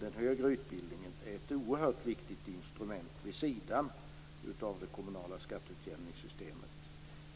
den högre utbildningen, är ett oerhört viktigt instrument vid sidan av det kommunala skatteutjämningssystemet.